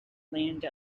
land